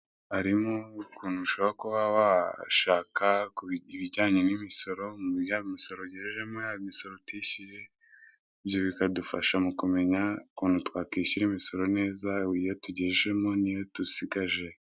Harimo ukuntu ushobora kuba washaka ibijyanye n'imisoro, yaba imisoro ugejejemo, yaba imisoro utishyuye, ibyo bikadufasha mu kumenya ukuntu twakwishyura imisoro neza, iyo tugejejemo n'iyo dusigaje.